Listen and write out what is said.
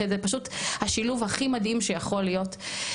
שזה פשוט השילוב הכי מדהים שיכול להיות.